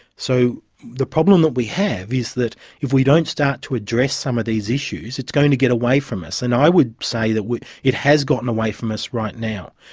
so the problem that we have is that if we don't start to address some of these issues it's going to get away from us. and i would say that it has gotten away from us right now.